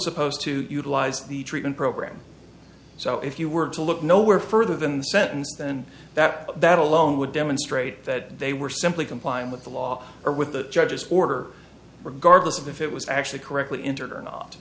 supposed to utilize the treatment program so if you were to look nowhere further than the sentence then that that alone would demonstrate that they were simply complying with the law or with the judge's order regardless of if it was actually correctly intern or not